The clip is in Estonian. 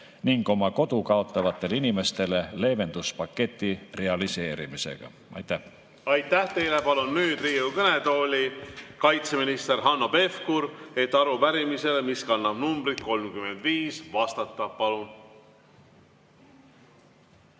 ning oma kodu kaotavatele inimestele leevenduspaketi realiseerimisega? Aitäh! Aitäh teile! Palun nüüd Riigikogu kõnetooli kaitseminister Hanno Pevkuri, et arupärimisele, mis kannab numbrit 35, vastata. Palun!